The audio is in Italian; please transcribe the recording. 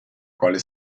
quale